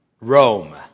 Rome